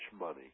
money